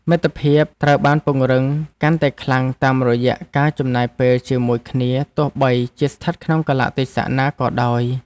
មិត្តភាពត្រូវបានពង្រឹងកាន់តែខ្លាំងតាមរយៈការចំណាយពេលជាមួយគ្នាទោះបីជាស្ថិតក្នុងកាលៈទេសៈណាក៏ដោយ។